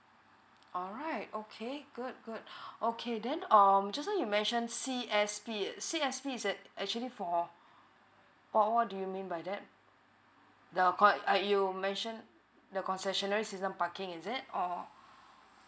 alright okay good good okay then um just now you mentioned C_S_P C_S_P is it actually for what what do you mean by that that the cons~ err you mentioned the concessionary season parking is it or